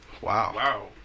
Wow